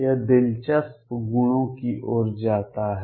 यह दिलचस्प गुणों की ओर जाता है